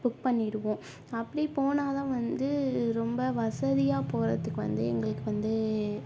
book பண்ணிருவோம் அப்படி போனால்தான் வந்து ரொம்ப வசதியாக போகறதுக்கு வந்து எங்களுக்கு வந்து